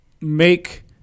make